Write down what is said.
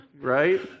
right